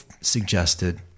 suggested